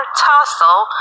tussle